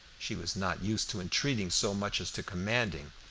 she was not used to entreating so much as to commanding,